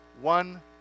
one